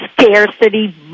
scarcity